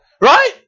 Right